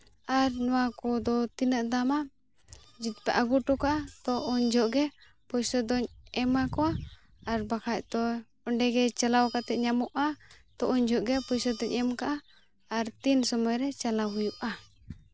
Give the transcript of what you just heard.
ᱟᱨ ᱱᱚᱣᱟ ᱠᱚᱫᱚ ᱛᱤᱱᱟᱹᱜ ᱫᱟᱢᱟ ᱡᱩᱫᱤ ᱯᱮ ᱟᱹᱜᱩ ᱦᱚᱴᱚ ᱠᱟᱜᱼᱟ ᱛᱳ ᱩᱱ ᱡᱚᱦᱚᱜ ᱜᱮ ᱯᱚᱭᱥᱟ ᱫᱚᱧ ᱮᱢᱟ ᱠᱚᱣᱟ ᱟᱨ ᱵᱟᱠᱷᱟᱱ ᱫᱚ ᱚᱸᱰᱮ ᱜᱮ ᱪᱟᱞᱟᱣ ᱠᱟᱛᱮᱫ ᱧᱟᱢᱚᱜᱼᱟ ᱛᱚ ᱩᱱ ᱡᱚᱠᱷᱚᱱ ᱜᱮ ᱯᱚᱭᱥᱟ ᱫᱚᱧ ᱮᱢ ᱟᱠᱟᱫᱼᱟ ᱟᱨ ᱛᱤᱱ ᱥᱚᱢᱚᱭ ᱨᱮ ᱪᱟᱞᱟᱜ ᱦᱩᱭᱩᱜᱼᱟ